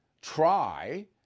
try